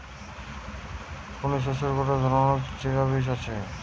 পুদিনা শস্যের গটে ধরণকার যাতে চিয়া বীজ হতিছে